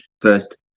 first